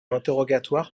interrogatoire